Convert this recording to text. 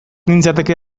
nintzateke